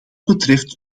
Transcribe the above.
betreft